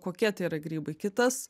kokie tai yra grybai kitas